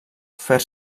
fer